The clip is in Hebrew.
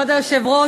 כבוד היושב-ראש,